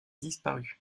disparu